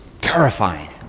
terrifying